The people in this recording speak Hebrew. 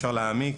אפשר להעמיק,